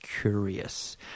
curious